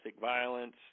violence